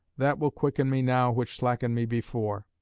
that will quicken me now which slackened me before.